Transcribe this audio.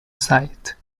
site